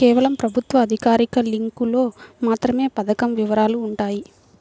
కేవలం ప్రభుత్వ అధికారిక లింకులో మాత్రమే పథకం వివరాలు వుంటయ్యి